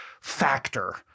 factor